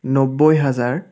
নব্বৈ হাজাৰ